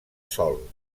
sol